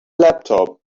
laptop